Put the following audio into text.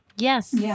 Yes